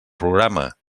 programa